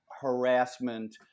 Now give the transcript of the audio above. harassment